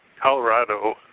Colorado